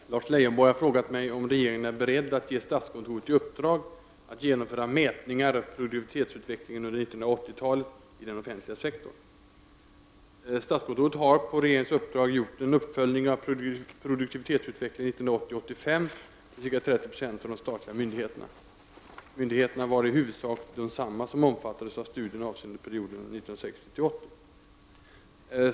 Fru talman! Lars Leijonborg har frågat mig om regeringen är beredd att ge statskontoret i uppdrag att genomföra mätningar av produktivitetsutvecklingen under 1980-talet i den offentliga sektorn. Statskontoret har på regeringens uppdrag gjort en uppföljning av produktivitetsutvecklingen 1980-1985 för ca 30 96 av de statliga myndigheterna. Myndigheterna var i huvudsak desamma som omfattades av studien avseende perioden 1960-1980.